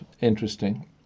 interesting